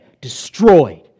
destroyed